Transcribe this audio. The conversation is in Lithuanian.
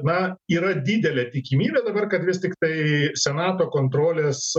na yra didelė tikimybė dabar kad vis tiktai senato kontrolės